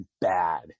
bad